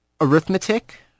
arithmetic